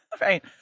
Right